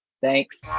thanks